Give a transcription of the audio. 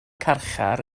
carchar